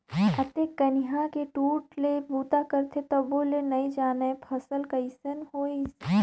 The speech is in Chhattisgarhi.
अतेक कनिहा के टूटट ले बूता करथे तभो ले नइ जानय फसल कइसना होइस है